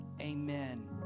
Amen